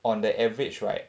on the average right